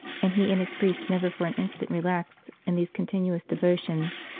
and he and his priests never for an instant relaxed in these con tinuous devotions,